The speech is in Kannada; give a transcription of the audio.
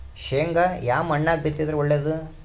ಶೇಂಗಾ ಯಾ ಮಣ್ಣಾಗ ಬಿತ್ತಿದರ ಒಳ್ಳೇದು?